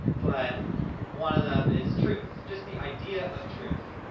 but one of them is truth, just the idea of truth,